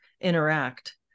interact